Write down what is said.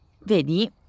Vedi